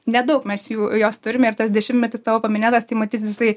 nedaug mes jų jos turim ir tas dešimtmetis tavo paminėtas tai matyt jisai